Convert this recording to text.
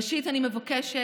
ראשית, אני מבקשת